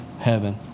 heaven